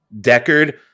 Deckard